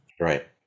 Right